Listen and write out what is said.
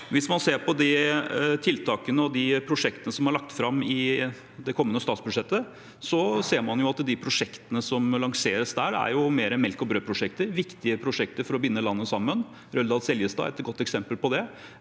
Hvis man ser på de tiltakene og de prosjektene som er lagt fram i det kommende statsbudsjettet, ser man at de prosjektene som lanseres der, er mer «melk og brød»prosjekter – viktige prosjekter for å binde landet sammen. Røldal–Seljestad er et godt eksempel på det,